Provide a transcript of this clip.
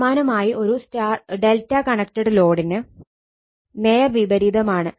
സമാനമായി ഒരു Δ കണക്റ്റഡ് ലോഡിന് നേർ വിപരീതമാണ്